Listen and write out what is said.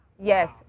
yes